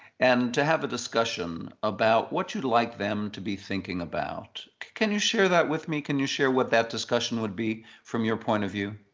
and to have a discussion about what you'd like them to be thinking about. can you share that with me? can you share what that discussion would be from your point of view?